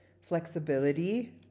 flexibility